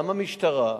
גם המשטרה,